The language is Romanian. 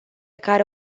care